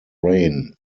rain